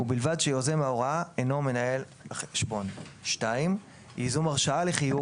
ובלבד שיוזם ההוראה אינו מנהל החשבון; ייזום הרשאה לחיוב,